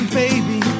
baby